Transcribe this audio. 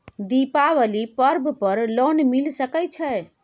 दीपावली पर्व पर लोन मिल सके छै?